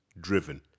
driven